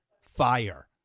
fire